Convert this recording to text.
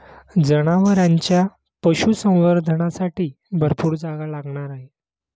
जनावरांच्या पशुसंवर्धनासाठी भरपूर जागा लागणार आहे